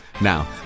Now